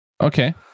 Okay